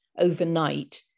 overnight